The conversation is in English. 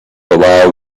allow